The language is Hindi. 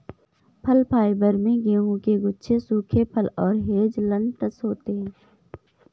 फल फाइबर में गेहूं के गुच्छे सूखे फल और हेज़लनट्स होते हैं